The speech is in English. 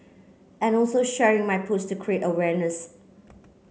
and also sharing my post create awareness